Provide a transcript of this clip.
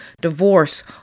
divorce